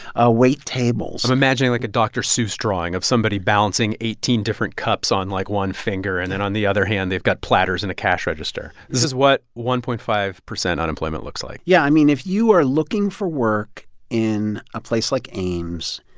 ah wait tables i'm imagining, like, a dr. seuss drawing of somebody balancing eighteen different cups on, like, one finger, and then on the other hand, they've got platters and a cash register. this is what one point five zero unemployment looks like yeah. i mean, if you are looking for work in a place like ames,